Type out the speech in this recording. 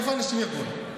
איפה האנשים יגורו?